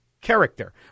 Character